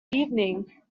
evening